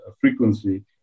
frequency